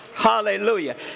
Hallelujah